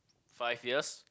five years